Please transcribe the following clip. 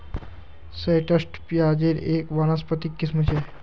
shallots प्याज़ेर एक वानस्पतिक किस्म छ